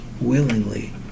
willingly